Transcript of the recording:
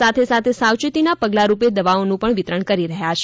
સાથે સાથે સાવચેતીના પગલાંરૂપે દવાઓનું પણ વિતરણ કરી રહ્યા છે